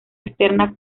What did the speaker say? externa